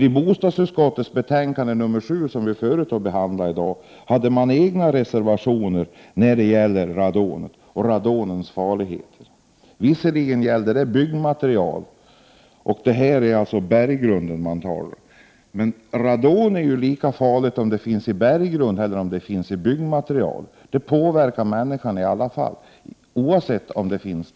I bostadsutskottets betänkande nr 7, som vi behandlade tidigare i dag, hade dessa partier egna reservationer när det gäller radonets farlighet. Visserligen gällde det då byggmaterial, medan det i detta fall är frågan om berggrunden. Men radon är ju lika farligt vare sig det finns i berggrunden eller i byggmaterial — det påverkar människan oavsett var det finns.